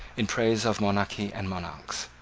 in praise of monarchy and monarchs.